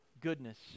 goodness